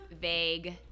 vague